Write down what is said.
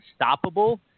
unstoppable